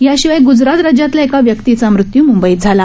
या शिवाय गुजरात राज्यातील एका व्यक्तीचा मृत्यू मुंबईत झाला